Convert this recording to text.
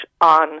on